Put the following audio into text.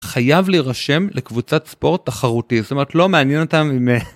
חייב להירשם לקבוצת ספורט תחרותי, זאת אומרת לא מעניין אותם אם א...